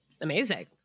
Amazing